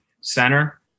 center